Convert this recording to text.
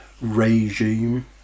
regime